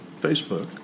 Facebook